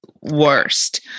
worst